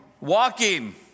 Walking